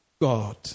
God